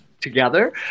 together